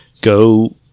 go